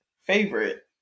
favorite